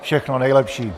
Všechno nejlepší!